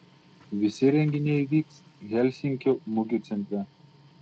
visi renginiai vyks helsinkio mugių centre